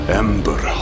ember